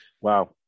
wow